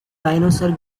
dinosaur